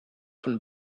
von